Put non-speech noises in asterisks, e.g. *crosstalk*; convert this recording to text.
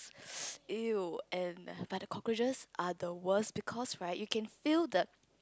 *noise* !eww! and but the cockroaches are the worst because right you can feel the